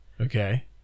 Okay